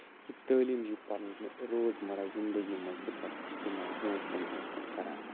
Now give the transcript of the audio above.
یہِ تعلیٖم یہِ پَرُن یہِ روز مَرا زندگی مَنٛز تہِ پَتہٕ اِستعمال برونٹھ کُن برونٹھ کُن کَران